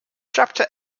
chapter